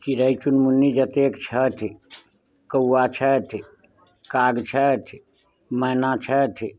चिड़ै चुरमुन्नी जतेक छथि कौआ छथि काग छथि मएना छथि